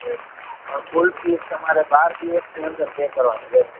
પણ full fees તમારે બાર દિવસની અંદર પે કરવાની રેશે